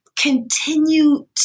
continue